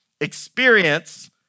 Experience